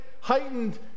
heightened